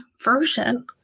version